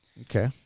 Okay